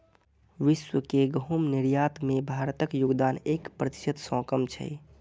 विश्व के गहूम निर्यात मे भारतक योगदान एक प्रतिशत सं कम छै